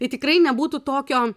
tai tikrai nebūtų tokio